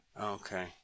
okay